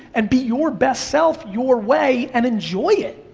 and be your best self your way, and enjoy it.